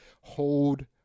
hold